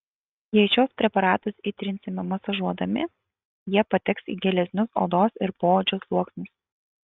jei šiuos preparatus įtrinsime masažuodami jie pateks į gilesnius odos ir poodžio sluoksnius